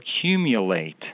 accumulate